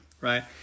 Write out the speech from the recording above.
right